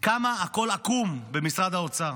כמה הכול עקום במשרד האוצר.